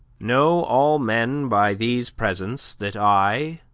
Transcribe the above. know all men by these presents, that i,